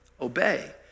obey